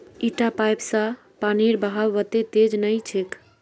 इटा पाइप स पानीर बहाव वत्ते तेज नइ छोक